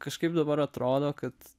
kažkaip dabar atrodo kad